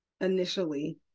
initially